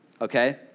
okay